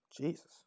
Jesus